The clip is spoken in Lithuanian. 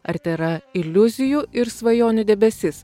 ar tėra iliuzijų ir svajonių debesis